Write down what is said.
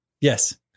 Yes